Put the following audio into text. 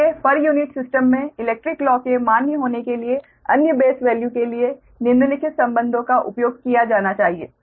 इसलिए per unit system में electrical law के मान्य होने के लिए अन्य बेस वैल्यू के लिए निम्नलिखित संबंधों का उपयोग किया जाना चाहिए